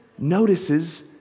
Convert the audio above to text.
Notices